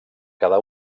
cada